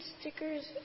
stickers